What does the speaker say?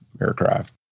aircraft